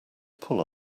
pull